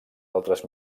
altres